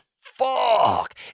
Fuck